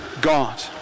God